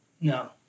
No